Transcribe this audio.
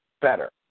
better